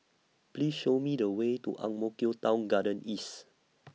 Please Show Me The Way to Ang Mo Kio Town Garden East